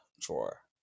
drawer